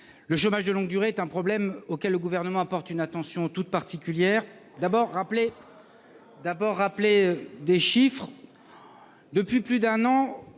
le chômage de longue durée est un problème auquel le Gouvernement apporte une attention toute particulière. Je veux d'abord rappeler quelques chiffres : depuis plus d'un an,